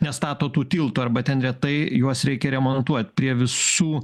nestato tų tiltų arba ten retai juos reikia remontuot prie visų